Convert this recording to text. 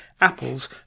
apples